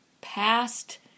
past